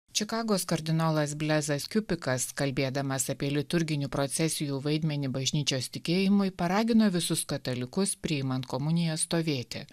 čikagos kardinolas blezas kiupikas kalbėdamas apie liturginių procesijų vaidmenį bažnyčios tikėjimui paragino visus katalikus priimant komuniją stovėti